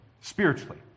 spiritually